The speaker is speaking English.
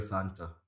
Santa